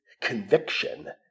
conviction